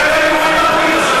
אולי זה,